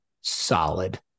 solid